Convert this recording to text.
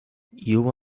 you